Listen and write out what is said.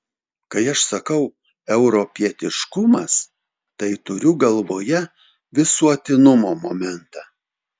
kai aš sakau europietiškumas tai turiu galvoje visuotinumo momentą